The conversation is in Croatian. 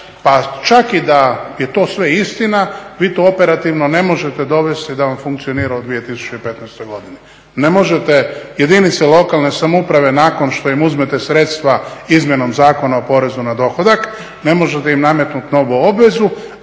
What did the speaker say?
pa čak i da je to sve istina, vi to operativno ne možete dovesti da vam funkcionira u 2015. godini. Ne možete jedinice lokalne samouprave nakon što im uzmete sredstva izmjenom Zakona o porezu na dohodak, ne možete im nametnuti novu obvezu,